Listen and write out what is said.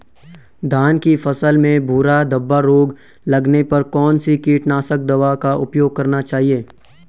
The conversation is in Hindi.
धान की फसल में भूरा धब्बा रोग लगने पर कौन सी कीटनाशक दवा का उपयोग करना चाहिए?